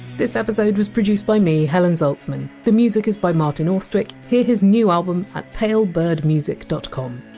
this episode was produced by me, helen zaltzman. the music is by martin austwick hear his new album at palebirdmusic dot com.